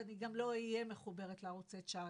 ואני גם לא אהיה מחוברת לערוצי צ'רלטון.